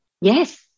Yes